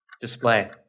Display